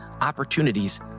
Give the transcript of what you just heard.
opportunities